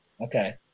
okay